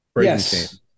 Yes